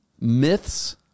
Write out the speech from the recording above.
Myths